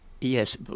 yes